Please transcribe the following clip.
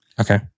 Okay